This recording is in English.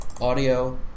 audio